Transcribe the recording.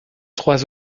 trois